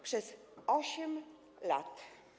Przez 8 lat.